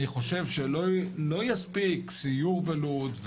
אני חושב שלא יספיק סיור בלוד,